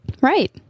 Right